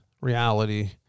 Reality